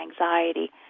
anxiety